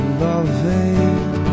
loving